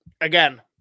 again